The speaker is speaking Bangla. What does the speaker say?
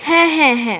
হ্যাঁ হ্যাঁ হ্যাঁ